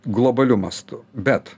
globaliu mastu bet